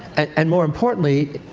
and more importantly,